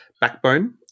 Backbone